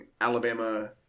Alabama